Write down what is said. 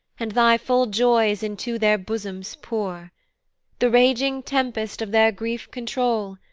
and thy full joys into their bosoms pour the raging tempest of their grief control,